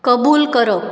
कबूल करप